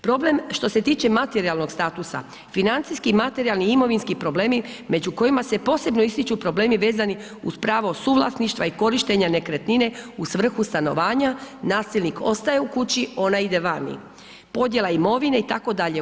Problem što se tiče materijalnog statusa, financijski, materijalni i imovinski problemi među kojima se posebno ističu problemi vezani uz pravo suvlasništva i korištenja nekretnina u svrhu stanovanja, nasilnik ostaje u kući, ona ide vani, podjela imovine, itd.